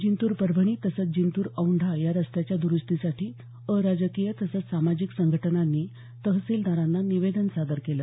जिंतूर परभणी तसंच जिंतूर औंढा या रस्त्याच्या दुरुस्तीसाठी अराजकीय तसंच सामाजिक संघटनांनी तहसीलदारांना निवेदन सादर केलं